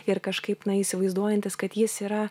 ir kažkaip na įsivaizduojantis kad jis yra